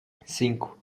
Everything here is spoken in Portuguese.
cinco